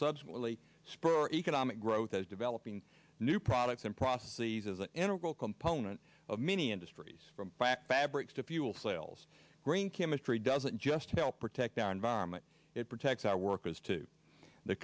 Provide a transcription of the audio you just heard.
subsequently spur economic growth as developing new products and prophecies is an integral component of many industries from fabrics to fuel cells brain chemistry doesn't just help protect our environment it protects our workers to the